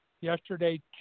yesterday